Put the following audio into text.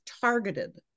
targeted